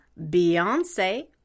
Beyonce